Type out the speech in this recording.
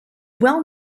well